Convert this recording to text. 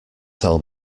tell